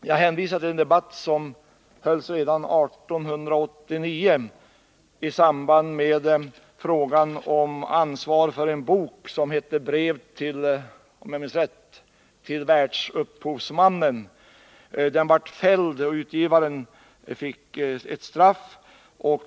Jag hänvisar till en debatt som hölls redan 1889 om ansvaret för en bok som — Om jag minns rätt — hette Brevet till världsupphovsmannen. Den blev fälld, och utgivaren fick ett straff.